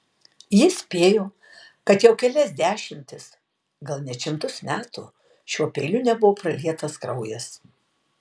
jis spėjo kad jau kelias dešimtis gal net šimtus metų šiuo peiliu nebuvo pralietas kraujas